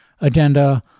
agenda